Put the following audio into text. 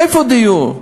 איפה דיור?